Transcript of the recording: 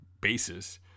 basis